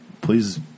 please